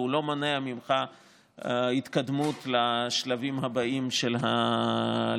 והוא לא מונע ממך ההתקדמות לשלבים הבאים של הלימודים,